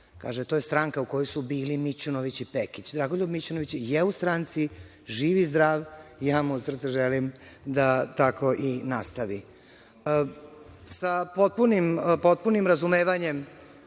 Kaže – to je stranka u kojoj su bili Mićunović i Pekić. Dragoljub Mićunović je u stranci, živ i zdrav, ja mu od srca želim da tako i nastavi. Sa potpunim razumevanjem